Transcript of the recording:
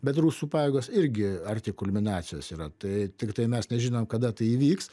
bet rusų pajėgos irgi arti kulminacijos yra tai tiktai mes nežinom kada tai įvyks